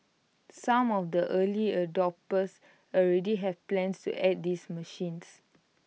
some of the early adopters already have plans to add these machines